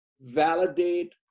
validate